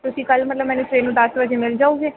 ਤੁਸੀਂ ਕੱਲ੍ਹ ਮਤਲਬ ਮੈਨੂੰ ਸਵੇਰੇ ਨੂੰ ਦਸ ਵਜੇ ਮਿਲ ਜਾਓਗੇ